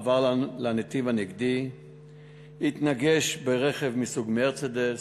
עבר לנתיב הנגדי והתנגש ברכב מסוג "מרצדס"